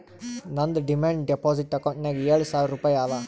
ನಂದ್ demand deposit ಅಕೌಂಟ್ನಾಗ್ ಏಳ್ ಸಾವಿರ್ ರುಪಾಯಿ ಅವಾ